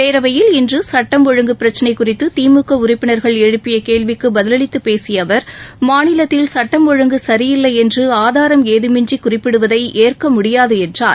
பேரவையில் இன்று சட்டம் ஒழுங்கு பிரச்சினை குறித்து திமுக உறுப்பினர்கள் எழுப்பிய கேள்விக்கு பதிலளித்து பேசிய அவர் மாநிலத்தில் சட்டம் ஒழங்கு சரியில்லை என்று ஆதாரம் ஏதமின்றி குறிப்பிடுவதை ஏற்க முடியாது என்றார்